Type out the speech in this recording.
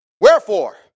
Wherefore